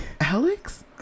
Alex